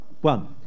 One